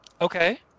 Okay